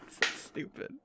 stupid